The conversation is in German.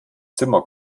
zimmer